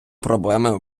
проблеми